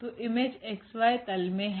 तो इमेज 𝑥𝑦तल में है